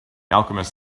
alchemist